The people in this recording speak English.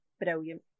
Brilliant